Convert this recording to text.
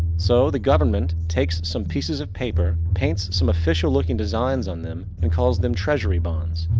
so the government takes some pieces of paper, paints some official looking designs on them and calls them treasury bonds.